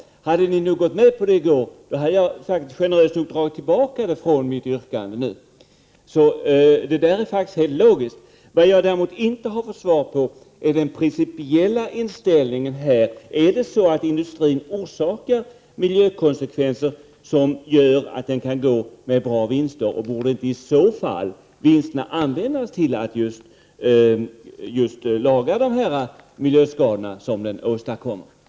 Hade ni gått med på det förslaget i går, hade jag generöst dragit tillbaka detta yrkande nu. Det är faktiskt helt logiskt. Det jag däremot inte har fått svar på är den principiella inställningen. Om industrin orsakar miljöskador och därigenom kan göra goda vinster, borde inte vinsterna i så fall användas till att åtgärda de miljöskador som industrin åstadkommer?